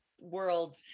world